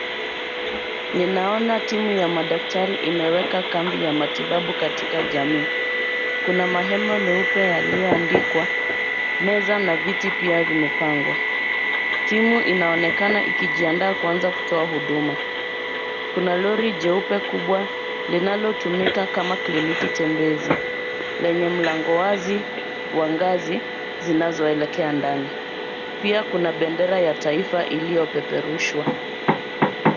Ninaona timu ya madaktari imeweka kambi ya matibabu katika jamii, kuna mahema meupe yaliyoandikwa, meza na vyeti pia vimepangwa. Timu inaonekana ikijiandaa kuanza kutoa huduma. Kuna lori jeupe kubwa linalotumika kama kliniki tembezi lenye mlango wazi wa ngazi zinazoelekea ndani, pia kuna bendera ya taifa iliyopeperushwa.